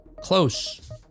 close